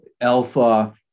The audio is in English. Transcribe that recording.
alpha